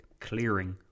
clearing